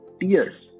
tears